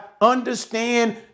understand